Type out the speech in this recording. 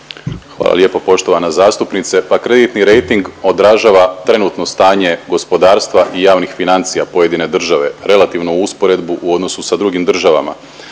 Hvala lijepo poštovana zastupnice, pa kreditni rejting odražava trenutno stanje gospodarstva i javnih financija pojedine države, relativnu usporedbu u odnosu sa drugim državama